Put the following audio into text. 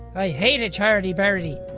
i hated charity bearity!